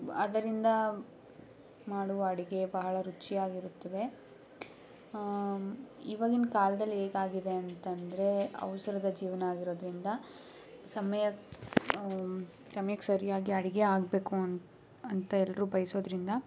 ಅದರಿಂದ ಮಾಡುವ ಅಡಿಗೆ ಬಹಳ ರುಚಿಯಾಗಿರುತ್ತದೆ ಇವಾಗಿನ ಕಾಲದಲ್ಲಿ ಹೇಗೆ ಆಗಿದೆ ಅಂತ ಅಂದರೆ ಅವಸರದ ಜೀವನ ಆಗಿರೋದರಿಂದ ಸಮ್ಯಕ್ಕೆ ಸಮ್ಯಕ್ಕೆ ಸರಿಯಾಗಿ ಅಡುಗೆ ಆಗಬೇಕು ಅಂತ ಅಂತ ಎಲ್ಲರೂ ಬಯಸೋದರಿಂದ